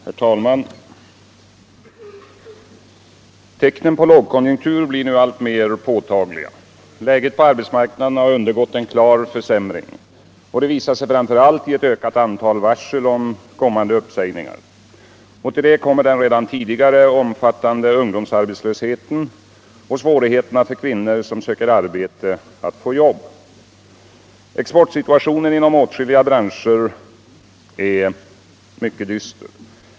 Herr talman! Tecknen på lågkonjunktur blir nu alltmer påtagliga. Läget på arbetsmarknaden har undergått en klar försämring. Det visar sig framför allt i ett ökat antal varsel om kommande uppsägningar. Till detta kommer den redan tidigare omfattande ungdomsarbetslösheten och svårigheterna för kvinnor som söker arbete att få jobb. Exportsituationen är inom åtskilliga branscher mycket dyster.